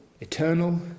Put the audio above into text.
eternal